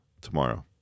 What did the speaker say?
tomorrow